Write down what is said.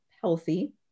healthy